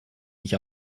nicht